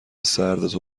سردتو